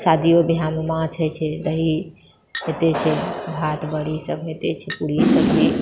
शादियो बिआहमे माछ होइछै दही होइते छै भात बड़ि सब होइते छै पूड़ी सब्जी